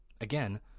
Again